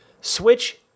switch